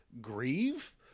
grieve